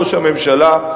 ראש הממשלה,